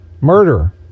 Murder